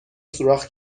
سوراخ